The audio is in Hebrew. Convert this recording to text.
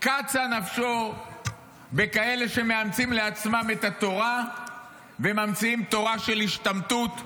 קצה נפשו בכאלה שמאמצים לעצמם את התורה וממציאים תורה של השתמטות,